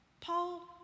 Paul